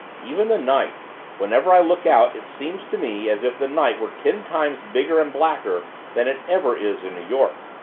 even the night whenever i look out, it seems to me as if the night were ten times bigger and blacker than it ever is in new york!